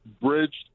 bridged